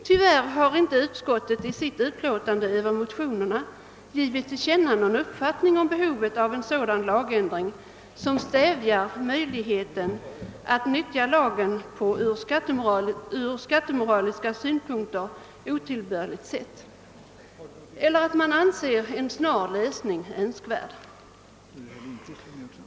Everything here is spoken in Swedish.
Tyvärr har inte utskottet i sitt utlåtande över motionen givit till känna någon uppfattning om behovet av en lagändring som stävjar möjligheten att utnyttja lagen på ur skattemoraliska synpunkter otillbörligt sätt och inte heller har utskottet sagt att det anser en snar lösning av frågan önskvärd.